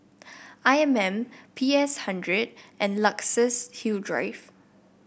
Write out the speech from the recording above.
I M M P S hundred and Luxus Hill Drive